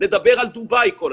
אז